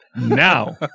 Now